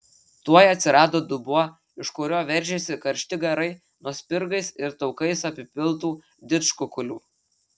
tuoj atsirado dubuo iš kurio veržėsi karšti garai nuo spirgais ir taukais apipiltų didžkukulių